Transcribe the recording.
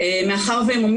ברופין אין